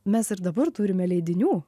mes ir dabar turime leidinių